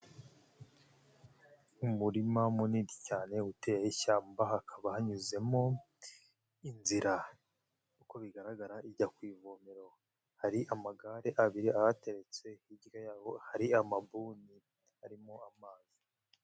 Umurima munini cyane uteyeho ishyamba hakaba hanyuzemo inzira, uko bigaragara ijya ku ivomero hari amagare abiri ahateretse hirya yaho hari amabuni arimo amazi.